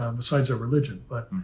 um besides a religion. but,